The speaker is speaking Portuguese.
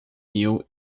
mil